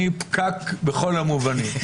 אני פקק בכל המובנים.